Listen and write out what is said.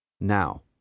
Now